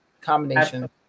combination